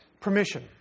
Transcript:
permission